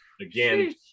Again